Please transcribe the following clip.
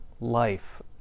life